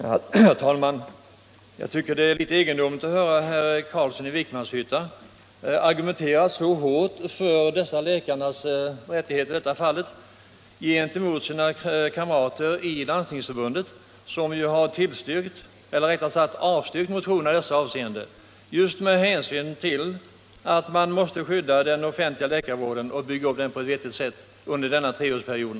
Nr 32 Herr talman! Jag tycker att det är litet egendomligt att höra herr Carlsson i Vikmanshyttan argumentera så hårt för dessa läkares rättigheter tvärtemot sina kamrater i Landstingsförbundet, vilka avstyrkt motionen = i dessa avseenden med hänsyn till att den offentliga läkarvården måste — Rätt för offentligt skyddas och kunna byggas upp på ett vettigt sätt under denna treårsperiod.